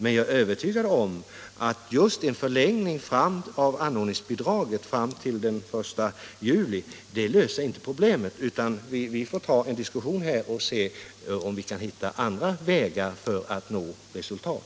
Men jag är övertygad om att en förlängning av tiden för erhållande av anordningsbidrag fram till den 1 juli inte löser problemet; vi får ta en diskussion och se om vi kan hitta andra vägar för att nå resultat.